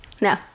No